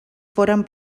foren